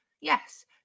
Yes